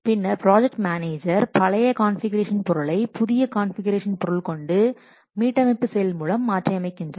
பின்னர் project manager பழைய configuration பொருளை புதிய கான்ஃபிகுரேஷன் பொருள்கொண்டு மீட்டமைப்பு செயல் மூலம் மாற்றி அமைக்கின்றனர்